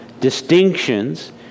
distinctions